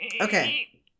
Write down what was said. Okay